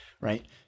right